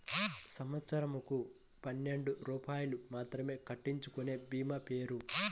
సంవత్సరంకు పన్నెండు రూపాయలు మాత్రమే కట్టించుకొనే భీమా పేరు?